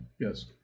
Yes